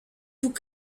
tout